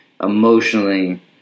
emotionally